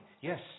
Yes